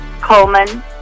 Coleman